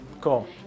cool